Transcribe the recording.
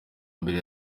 mbere